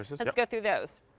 let's get through those.